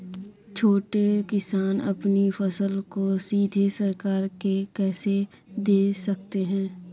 छोटे किसान अपनी फसल को सीधे सरकार को कैसे दे सकते हैं?